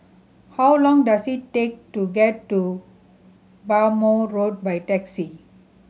how long does it take to get to Bhamo Road by taxi